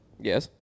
Yes